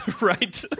Right